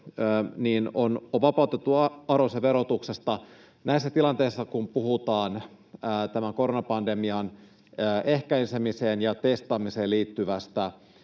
on vapautettu arvonlisäverotuksesta näissä tilanteissa, kun puhutaan tämän koronapandemian ehkäisemiseen ja testaamiseen liittyvistä